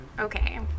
Okay